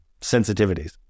sensitivities